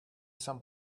some